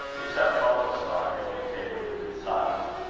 except funkelstein, who maintained a rigid silence.